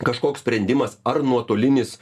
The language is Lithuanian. kažkoks sprendimas ar nuotolinis